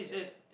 get that